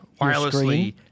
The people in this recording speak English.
wirelessly